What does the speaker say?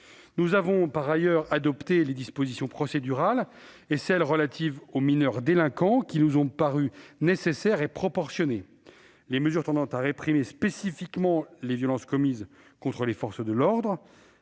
Nous avons par ailleurs adopté les dispositions procédurales et celles qui sont relatives aux mineurs délinquants dispositions qui nous ont paru nécessaires et proportionnées. Les mesures tendant à réprimer spécifiquement les violences commises contre les membres des forces